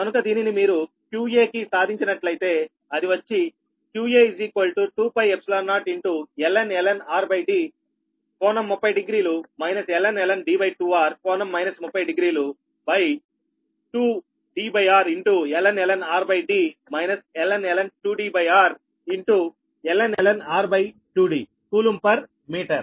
కనుక దీనిని మీరు qa కి సాధించినట్లయితే అది వచ్చి qa 2π0 ln rd ∟300 ln D2r ∟ 300 2Drln rD ln 2Dr ln r2D coulomb per metre